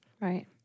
Right